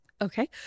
Okay